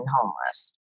homeless